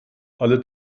alle